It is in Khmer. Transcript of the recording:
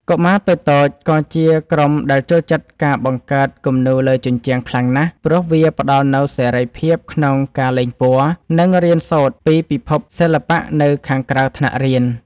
កុមារតូចៗ ក៏ជាក្រុមដែលចូលចិត្តការបង្កើតគំនូរលើជញ្ជាំងខ្លាំងណាស់ ព្រោះវាផ្ដល់នូវសេរីភាពក្នុងការលេងពណ៌ និងរៀនសូត្រពីពិភពសិល្បៈនៅខាងក្រៅថ្នាក់រៀន។